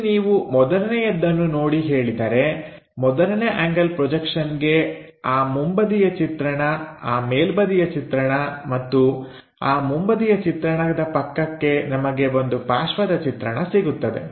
ಇಲ್ಲಿ ನೀವು ಮೊದಲನೆಯದ್ದನ್ನು ನೋಡಿ ಹೇಳಿದರೆ ಮೊದಲನೇ ಆಂಗಲ್ ಪ್ರೊಜೆಕ್ಷನ್ಗೆ ಆ ಮುಂಬದಿಯ ಚಿತ್ರಣ ಆ ಮೇಲ್ಬದಿಯ ಚಿತ್ರಣ ಮತ್ತು ಆ ಮುಂಬದಿಯ ಚಿತ್ರಣದ ಪಕ್ಕಕ್ಕೆ ನಮಗೆ ಒಂದು ಪಾರ್ಶ್ವದ ಚಿತ್ರಣ ಸಿಗುತ್ತದೆ